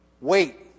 Wait